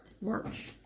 March